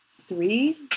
three